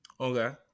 Okay